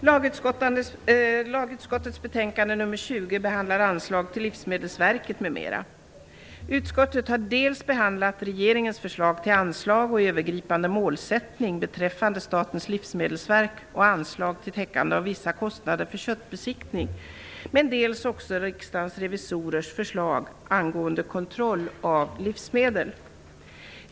Fru talman! Lagutskottets betänkande nr 20 behandlar anslag till Livsmedelsverket m.m. Utskottet har dels behandlat regeringens förslag till anslag och övergripande målsättning beträffande Statens livsmedelsverk och anslag till täckande av vissa kostnader för köttbesiktning, dels Riksdagens revisorers förslag angående kontroll av livsmedel.